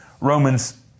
Romans